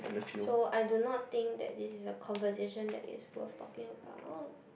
so I do not think that this is a conversation that is worth talking about